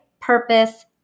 purpose